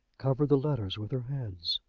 covered the letters with her hands.